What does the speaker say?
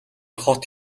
хот